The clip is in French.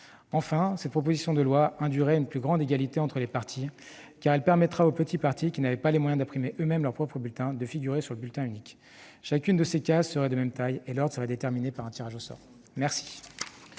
Enfin, cette proposition de loi induirait une plus grande égalité entre les partis, en permettant aux petits partis n'ayant pas les moyens d'imprimer eux-mêmes leurs bulletins de figurer sur le bulletin unique. Chacune des cases serait de même taille et l'ordre serait déterminé par un tirage au sort. La